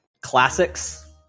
classics